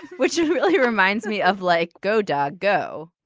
which he reminds me of like go dad go.